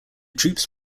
troops